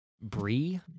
Brie